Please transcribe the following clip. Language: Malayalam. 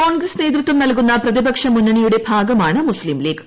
കോൺഗ്രസ് നേതൃത്വം നല്കുന്ന പ്രതിപക്ഷ മുന്നണിയുടെ ഭാഗമാണ് മുസ്ലീംലീഗ്